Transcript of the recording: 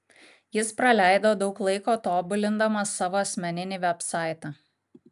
jis praleido daug laiko tobulindamas savo asmeninį vebsaitą